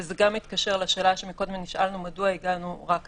וזה גם מתקשר לשאלה שקודם נשאלנו מדוע הגענו רק היום,